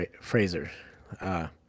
Fraser